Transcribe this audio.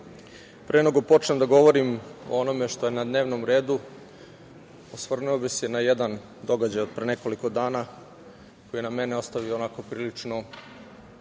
nego počnem da govorim o onome što je na dnevnom redu osvrnuo bih se na jedan događaj od pre nekoliko dana koji je na mene ostavio prilično